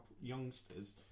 youngsters